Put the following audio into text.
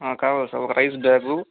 కావాలి సార్ ఒక rice bag